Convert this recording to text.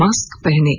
mask पहनें